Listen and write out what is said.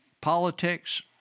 politics